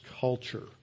culture